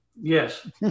Yes